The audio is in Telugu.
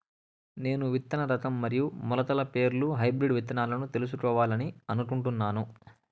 నేను విత్తన రకం మరియు మొలకల పేర్లు హైబ్రిడ్ విత్తనాలను తెలుసుకోవాలని అనుకుంటున్నాను?